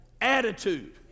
attitude